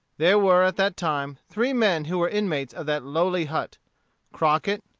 there were at that time three men who were inmates of that lowly hut crockett,